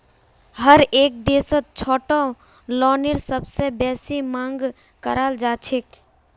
हरेक देशत छोटो लोनेर सबसे बेसी मांग कराल जाछेक